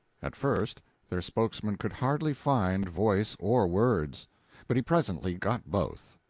at first their spokesman could hardly find voice or words but he presently got both.